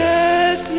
Yes